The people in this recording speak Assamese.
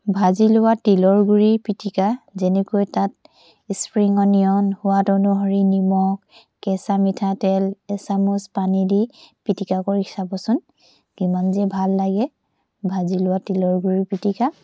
ভাজি লোৱা তিলৰ গুড়িৰ পিটিকা যেনেকৈ তাত স্প্ৰিং অনিয়ন সোৱাদ অনুসৰি নিমখ কেঁচা মিঠাতেল এচামুচ পানী দি পিটিকা কৰি চাবচোন কিমান যে ভাল লাগে ভাজি লোৱা তিলৰ গুড়িৰ পিটিকা